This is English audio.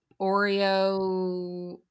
Oreo